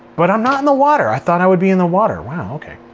but i'm not in the water. i thought i would be in the water. wow okay.